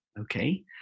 Okay